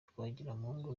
twagiramungu